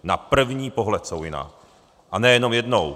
Na první pohled jsou jiná, a ne jenom jednou.